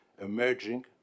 emerging